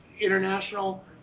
international